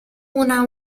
una